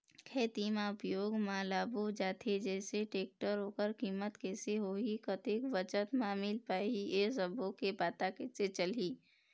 खेती बर उपयोग मा लाबो जाथे जैसे टेक्टर ओकर कीमत कैसे होही कतेक बचत मा मिल पाही ये सब्बो के पता कैसे चलही?